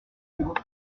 bas